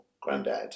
Granddad